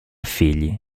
figli